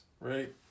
right